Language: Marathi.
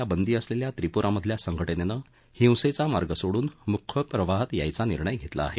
या बंदी असलेल्या त्रिपूरामधल्या संघटनेनं हिंसेचा मार्ग सोडून मुख्य प्रवाहात येण्याचा निर्णय घेतला आहे